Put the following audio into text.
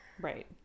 Right